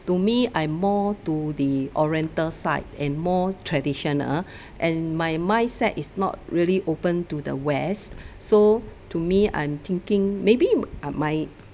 to me I more to the oriental side and more traditional and my mindset is not really open to the west so to me I'm thinking maybe ah my